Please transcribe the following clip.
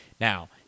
Now